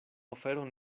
oferon